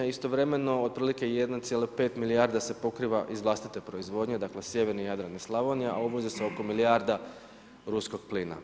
Istovremeno, otprilike 1,5 milijarda se pokriva iz vlastite proizvodnje, dakle sjeverni Jadran i Slavonija, a uvozi se oko milijarda ruskog plina.